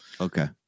Okay